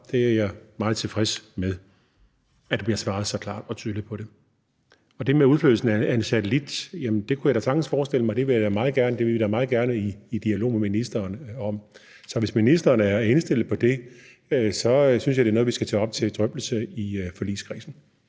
Det er jeg meget tilfreds med, altså at der bliver svaret så klart og tydeligt på det. I forhold til det med udflytningen af en satellit, vil jeg sige, at jeg da sagtens kunne forestille mig det, og det vil jeg da meget gerne i dialog med ministeren om. Så hvis ministeren er indstillet på det, synes jeg, det er noget, vi skal tage op til drøftelse i forligskredsen.